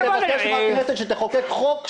נבקש מהכנסת שתחוקק חוק,